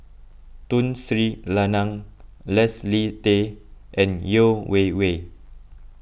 Tun Sri Lanang Leslie Tay and Yeo Wei Wei